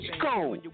go